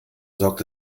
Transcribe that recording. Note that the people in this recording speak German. sorgt